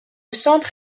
centre